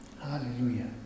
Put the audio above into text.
hallelujah